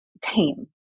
tame